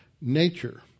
nature